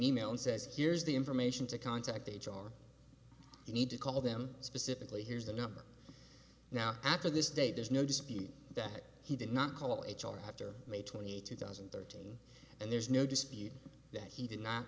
e mail and says here's the information to contact a jar you need to call them specifically here's the number now after this day there's no dispute that he did not call h r after may twenty eighth two thousand and thirteen and there's no dispute that he did not